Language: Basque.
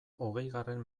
hogeigarren